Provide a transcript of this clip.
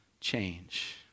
change